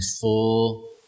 full